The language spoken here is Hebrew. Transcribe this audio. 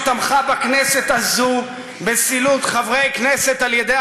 שתמכה בכנסת הזאת בסילוק חברי כנסת על-ידי